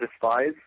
Despise